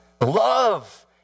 Love